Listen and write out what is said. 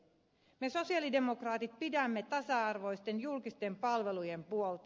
me sosialidemokraatit pidämme tasa arvoisten julkisten palvelujen puolta